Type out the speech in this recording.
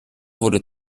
wurde